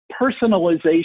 personalization